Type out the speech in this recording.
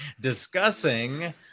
discussing